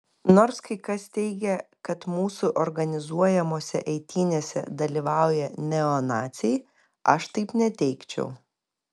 nors kai kas teigia kad mūsų organizuojamose eitynėse dalyvauja neonaciai aš taip neteigčiau